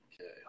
Okay